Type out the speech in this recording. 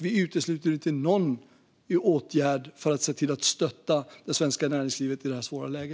Vi utesluter inte någon åtgärd för att se till att stötta det svenska näringslivet i detta svåra läge.